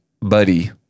Buddy